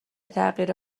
تغییر